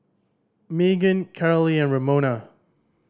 Maegan Carolee and Ramona